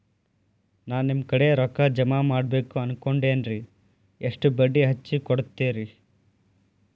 ನಾ ನಿಮ್ಮ ಕಡೆ ರೊಕ್ಕ ಜಮಾ ಮಾಡಬೇಕು ಅನ್ಕೊಂಡೆನ್ರಿ, ಎಷ್ಟು ಬಡ್ಡಿ ಹಚ್ಚಿಕೊಡುತ್ತೇರಿ?